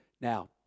Now